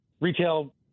retail